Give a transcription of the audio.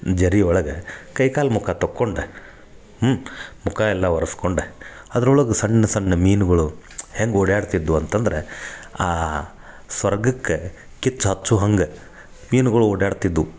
ಝರಿ ಒಳಗೆ ಕೈ ಕಾಲು ಮುಖ ತೊಕ್ಕಂಡು ಮುಖ ಎಲ್ಲ ಒರ್ಸ್ಕೊಂಡು ಅದ್ರೊಳಗೆ ಸಣ್ಣ ಸಣ್ಣ ಮೀನುಗಳು ಹೆಂಗ ಓಡಾಡ್ತಿದ್ವ ಅಂತಂದ್ರ ಆ ಸ್ವರ್ಗಕ್ಕೆ ಕಿಚ್ಚು ಹಚ್ಚೋ ಹಂಗೆ ಮೀನುಗಳು ಓಡಾಡ್ತ ಇದ್ವು